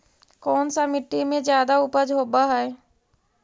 कोन सा मिट्टी मे ज्यादा उपज होबहय?